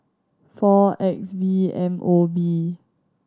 four X V M O B